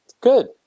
good